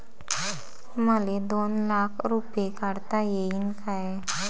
मले दोन लाख रूपे काढता येईन काय?